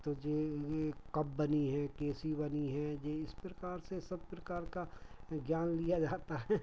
तो जो ये कब बनी है कैसे बनी हैं यह इस प्रकार से सब प्रकार का ज्ञान लिया जाता है